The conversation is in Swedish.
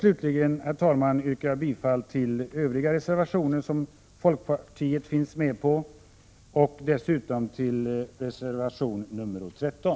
Slutligen yrkar jag bifall till de övriga reservationer som folkpartiet finns med på och dessutom till reservation 13.